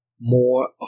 more